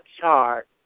chart